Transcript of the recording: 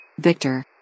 Victor